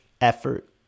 effort